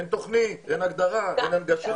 אין תוכנית, אין הגדרה ואין הנגשה.